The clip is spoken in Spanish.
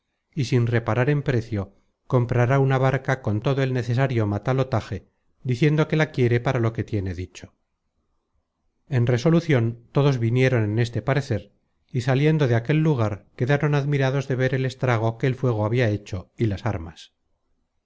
y sin reparar en precio comprará una barca con todo el necesario matalotaje diciendo que la quiere para lo que tiene dicho en resolucion todos vinieron en este parecer y saliendo de aquel lugar quedaron admirados de ver el estrago que el fuego habia hecho y las armas